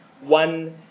one